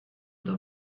the